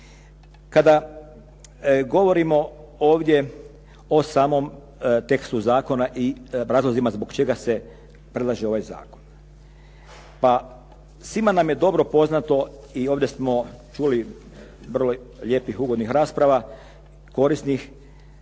Kada govorimo ovdje o samom tekstu zakona i razlozima zbog čega se predlaže ovaj zakon. Pa svima nam je dobro poznato i ovdje smo čuli vrlo lijepih i ugodnih rasprava korisnih.